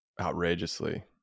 outrageously